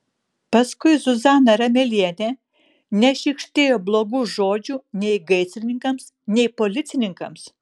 paskui zuzana ramelienė nešykštėjo blogų žodžių nei gaisrininkams nei policininkams